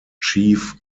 chief